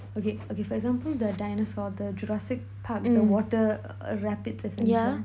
okay okay for example the dinosaur the Jurassic Park the water uh uh Rapids Adventure